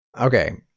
okay